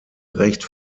recht